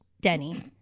denny